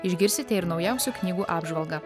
išgirsite ir naujausių knygų apžvalgą